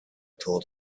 told